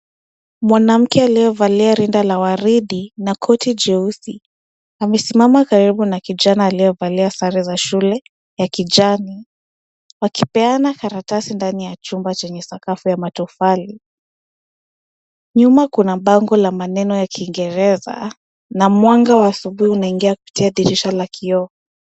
Mwanamke aliyevalia rinda la waridi na koti jeusi amesimama karibu na kijana aliyevalia sare za shule ya kijani wakipeana karatasi kwenye chumba chenye sakafu ya matofali. Nyuma kuna bango la maneno ya kiingereza na mwanga wa asubuhi unaing7a kupitia dirisha la kioo.